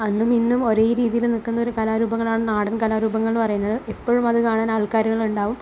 അന്നും ഇന്നും ഒരേ രീതിയിൽ നിൽക്കുന്നൊരു കലാരൂപങ്ങളാണ് നാടന് കലാരൂപങ്ങള് എന്ന് പറയുന്നത് ഇപ്പോഴും അത് കാണാന് ആള്ക്കാരുകള് ഉണ്ടാവും